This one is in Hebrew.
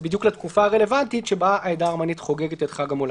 זה בדיוק לתקופה הרלוונטית שבה העדה הארמנית חוגגת את חג המולד.